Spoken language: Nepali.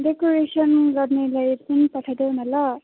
डेकोरेसन गर्नेले फुल पठाइदेऊ ल